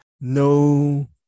no